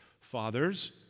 Fathers